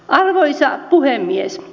arvoisa puhemies